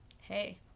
Hey